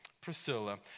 Priscilla